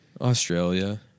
Australia